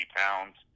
pounds